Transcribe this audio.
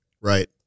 Right